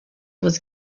was